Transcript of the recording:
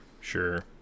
Sure